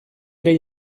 ere